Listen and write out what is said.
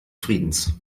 friedens